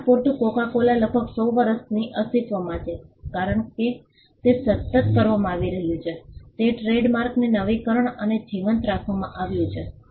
હમણાં પૂરતું Coca Cola લગભગ 100 વર્ષથી અસ્તિત્વમાં છે કારણ કે તે સતત કરવામાં આવી રહ્યું છે તે ટ્રેડમાર્કને નવીકરણ અને જીવંત રાખવામાં આવ્યું છે